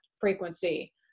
frequency